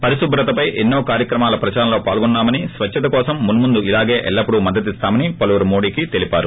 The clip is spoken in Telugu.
పరిశుభ్రతపై ఎన్నో కార్యక్రమాల ప్రదారంలో పాల్గొన్నామని స్వద్బత కోసం మున్ముందు ఇలాగే ఎల్లప్పుడూ మద్దతిస్తామని పలువురు మోడీకి తెలిపారు